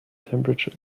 temperature